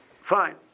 Fine